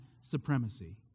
supremacy